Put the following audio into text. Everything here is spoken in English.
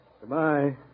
Goodbye